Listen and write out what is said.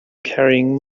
carrying